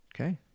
Okay